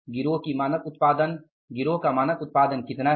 गिरोह की मानक उत्पादन गिरोह का मानक उत्पादन कितना है